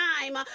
time